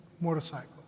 motorcycle